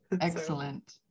Excellent